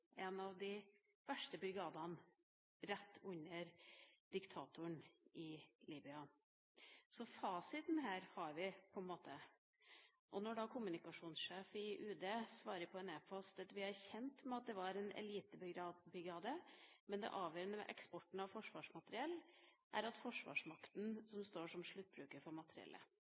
en av de verste brigadene rett under diktatoren i Libya. Så fasiten har vi på en måte. Når da kommunikasjonssjefen i UD svarer på en e-post at man er kjent med at det var en elitebrigade, men at det avgjørende ved eksporten av forsvarsmateriell er at forsvarsmakten står som sluttbruker for materiellet,